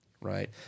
Right